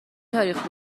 تاریخ